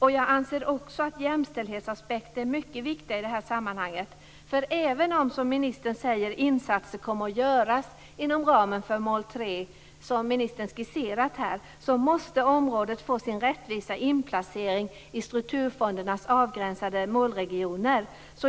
Vidare anser jag att jämställdhetsaspekter är mycket viktiga i det här sammanhanget. Även om, insatser alltså kommer att göras inom ramen för mål 3, som ministern skisserat här, måste området få sin rättvisa inplacering i strukturfondernas avgränsade målregioner.